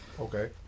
Okay